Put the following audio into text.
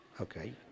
Okay